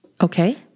Okay